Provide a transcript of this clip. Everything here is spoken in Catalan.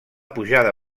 pujada